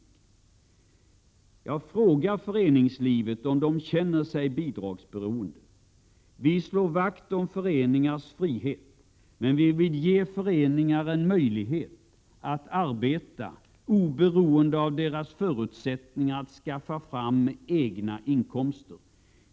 Jag frågar föreningslivet om man känner sig bidragsberoende. Vi slår vakt om föreningars frihet, men vi vill ge föreningar möjlighet att arbeta oberoende av deras förutsättningar att skaffa egna inkomster.